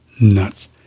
nuts